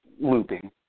looping